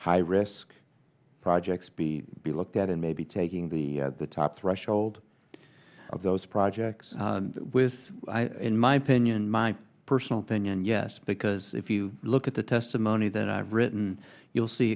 high risk projects be be looked at and maybe taking the the top threshold of those projects with in my opinion my personal opinion yes because if you look at the testimony that i've written you'll see